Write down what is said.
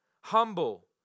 humble